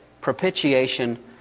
propitiation